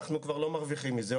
אנחנו כבר לא מרוויחות מזה,